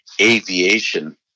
aviation